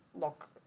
look